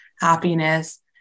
happiness